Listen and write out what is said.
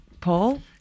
Paul